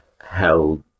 held